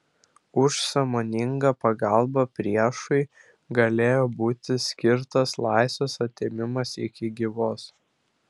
už sąmoningą pagalbą priešui galėjo būti skirtas laisvės atėmimas iki gyvos